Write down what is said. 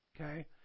Okay